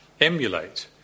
emulate